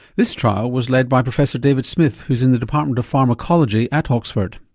this trial was led by professor david smith who's in the department of pharmacology at oxford.